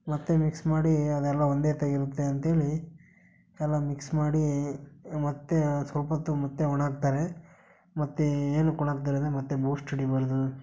ಮತ್ತೆ ಮಿಕ್ಸ್ ಮಾಡಿ ಅದೆಲ್ಲ ಒಂದೇ ಇರುತ್ತೆ ಅಂತೇಳಿ ಎಲ್ಲ ಮಿಕ್ಸ್ ಮಾಡಿ ಮತ್ತೆ ಸ್ವಲ್ಪ ಹೊತ್ತು ಮತ್ತೆ ಒಣಾಗ್ತಾರೆ ಮತ್ತೆ ಏನಕ್ಕೆ ಒಣಾಗ್ತಾರೆ ಅಂದರೆ ಮತ್ತೆ ಬೂಸ್ಟ್ ಹಿಡೀಬಾರದು